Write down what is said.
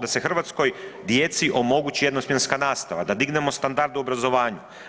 da se hrvatskoj djeci omogući jedno smjenska nastava, da dignemo standard u obrazovanju.